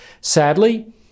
Sadly